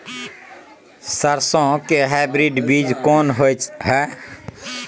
सरसो के हाइब्रिड बीज कोन होय है?